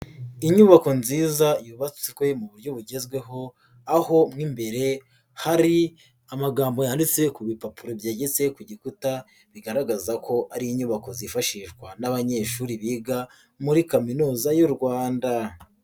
Inyubako nziza yubakitswe mu buryo bugezweho, aho nk'imbere hari amagambo yanditse ku bipapuro byegetse ku gikuta, bigaragaza ko ari inyubako zifashishwa n'abanyeshuri biga muri kaminuza y'u Rwanda.